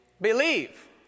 ...believe